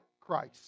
Christ